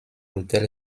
hôtel